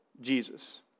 Jesus